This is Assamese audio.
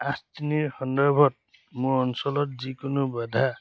আঠ তিনিৰ সন্দৰ্ভত মোৰ অঞ্চলত যিকোনো বাধা